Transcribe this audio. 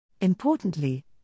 Importantly